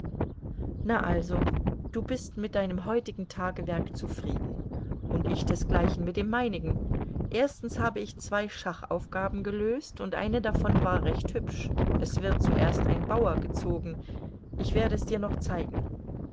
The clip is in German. na also du bist mit deinem heutigen tagewerk zufrieden und ich desgleichen mit dem meinigen erstens habe ich zwei schachaufgaben gelöst und eine davon war recht hübsch es wird zuerst ein bauer gezogen ich werde es dir noch zeigen